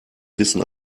wissen